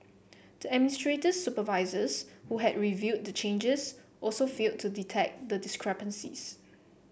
the administrator's supervisors who had reviewed the changes also failed to detect the discrepancies